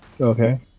Okay